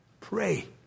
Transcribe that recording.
Pray